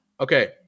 Okay